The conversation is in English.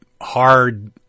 hard